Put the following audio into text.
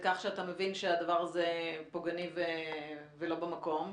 כך שאתה מבין שהדבר הזה פוגעני ולא במקום,